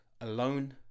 alone